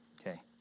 okay